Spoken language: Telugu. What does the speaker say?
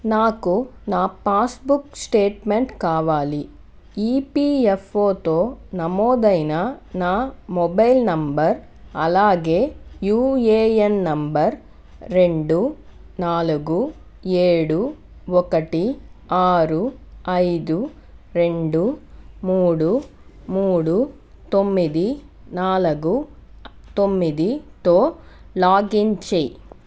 నాకు నా పాస్బుక్ స్టేట్మెంట్ కావాలి ఈపిఎఫ్ఓతో నమోదైన నా మొబైల్ నంబర్ అలాగే యూఏఎన్ నంబరు రెండు నాలుగు ఏడు ఒకటి ఆరు ఐదు రెండు మూడు మూడు తొమ్మిది నాలుగు తొమ్మిదితో లాగిన్ చెయ్యి